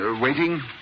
Waiting